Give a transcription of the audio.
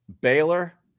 Baylor